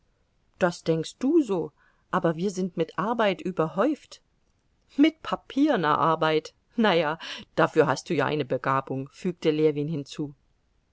das denkst du so aber wir sind mit arbeit überhäuft mit papierener arbeit na ja dafür hast du ja eine begabung fügte ljewin hinzu